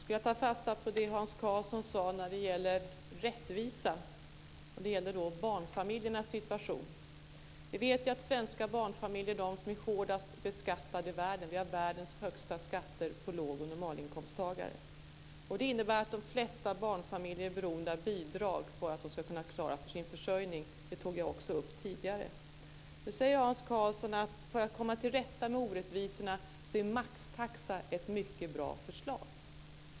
Herr talman! Jag skulle vilja ta fasta på det Hans Karlsson sade när det gäller rättvisa. Det gäller barnfamiljernas situation. Vi vet att svenska barnfamiljer är de som är hårdast beskattade i världen. Vi har världens högsta skatter för låg och normalinkomsttagare. Det innebär att de flesta barnfamiljer är beroende av bidrag för att de ska kunna klara sin försörjning. Det tog jag också upp tidigare. Nu säger Hans Karlsson att maxtaxa är ett mycket bra förslag för att komma till rätta med orättvisorna.